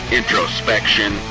introspection